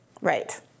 Right